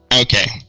Okay